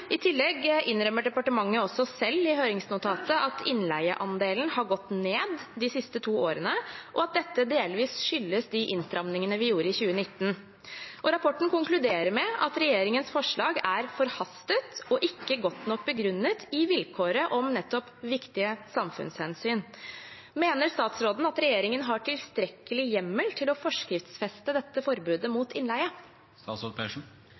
I tillegg innrømmer departementet også selv i høringsnotatet at innleieandelen har gått ned de siste to årene, og at dette delvis skyldes de innstrammingene vi gjorde i 2019. Rapporten konkluderer med at regjeringens forslag er forhastet og ikke godt nok begrunnet i vilkåret om nettopp viktige samfunnshensyn. Mener statsråden at regjeringen har tilstrekkelig hjemmel til å forskriftsfeste dette forbudet